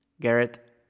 Garrett